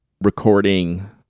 recording